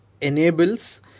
enables